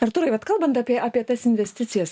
artūrai bet kalbant apie apie tas investicijas